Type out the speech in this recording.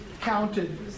counted